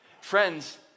Friends